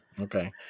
Okay